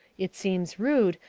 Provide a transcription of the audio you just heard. it seems rude,